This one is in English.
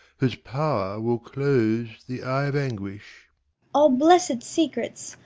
whose power will close the eye of anguish all blest secrets,